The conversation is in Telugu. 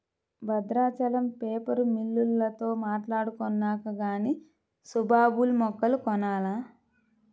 బద్రాచలం పేపరు మిల్లోల్లతో మాట్టాడుకొన్నాక గానీ సుబాబుల్ మొక్కలు కొనాల